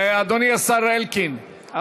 אדוני השר אלקין,